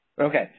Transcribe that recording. Okay